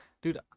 Dude